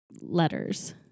letters